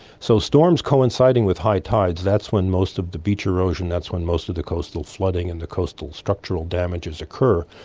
so storms coinciding with high tides, that's when most of the beach erosion, that's when most of the coastal flooding and the coastal structural damages occur.